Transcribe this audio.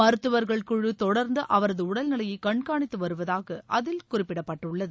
மருத்துவர்கள் தொடர்ந்து அவரது உடல்நிலையை கண்காணித்து வருவதாக அதில் குழு குறிப்பிடப்பட்டுள்ளது